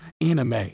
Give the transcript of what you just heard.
anime